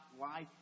life